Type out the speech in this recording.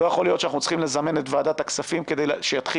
לא יכול להיות שאנחנו צריכים לזמן את ועדת הכספים כדי שיתחיל